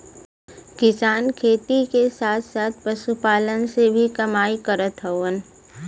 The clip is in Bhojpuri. किसान खेती के साथ साथ पशुपालन से भी कमाई करत हउवन